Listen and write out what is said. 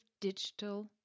digital